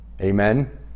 Amen